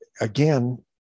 again